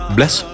Bless